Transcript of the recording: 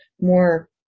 more